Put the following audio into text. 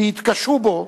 והתקשו בו,